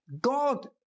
God